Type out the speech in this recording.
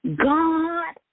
God